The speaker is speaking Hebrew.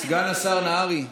השר נהרי,